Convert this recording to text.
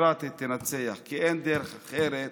הדמוקרטית תנצח, כי אין דרך אחרת